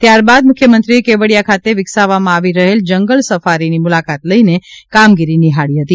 ત્યાર બાદ મુખ્યમંત્રીએ કેવડીયા ખાતે વિકસાવવામાં આવી રહેલ જંગલ સફારીની મુલાકાત લઈને કામગીરી નિહાળી હતી